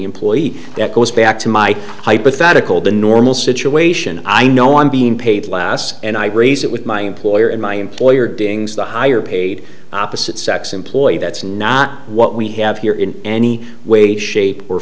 employee that goes back to my hypothetical the normal situation i know i'm being paid last and i raise it with my employer and my employer dealings the higher paid opposite sex employee that's not what we have here in any way shape or